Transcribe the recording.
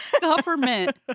government